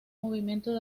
movimiento